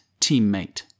teammate